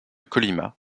colima